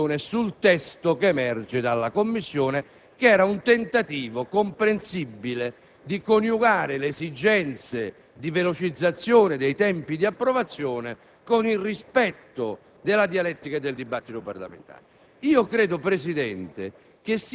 alla fine del dibattito in Commissione, che è un tentativo comprensibile di coniugare le esigenze di velocizzazione dei tempi di approvazione con il rispetto della dialettica e del dibattito parlamentare.